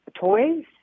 toys